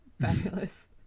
fabulous